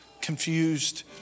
confused